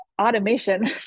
automation